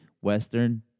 Western